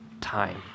time